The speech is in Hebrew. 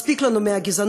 מספיק לנו מהגזענות,